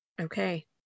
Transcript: Okay